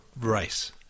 race